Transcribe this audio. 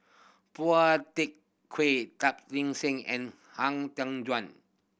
Phua Seng and Han Tan Juan